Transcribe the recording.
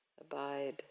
abide